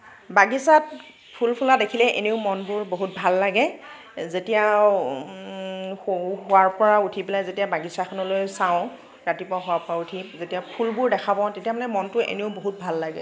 বাগিছাত ফুল ফুলা দেখিলে এনেও মনবোৰ বহুত ভাল লাগে যেতিয়া শো শোৱাৰ পৰা উঠি পেলাই যেতিয়া বাগিছাখনলৈ চাওঁ ৰাতিপুৱা শোৱাৰ পৰা উঠি যেতিয়া ফুলবোৰ দেখা পাওঁ তেতিয়া মানে মনটো এনেও বহুত ভাল লাগে